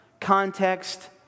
context